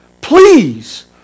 please